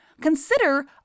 consider